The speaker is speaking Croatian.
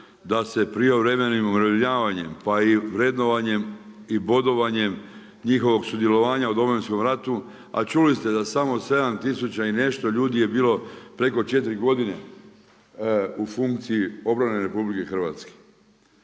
da se prijevremenim umirovljavanjem pa i vrednovanjem i bodovanjem njihovog sudjelovanja u Domovinskom ratu, a čuli ste da samo 7 tisuća i nešto ljudi je bilo preko 4 godine u funkciji obrane RH.